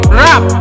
rap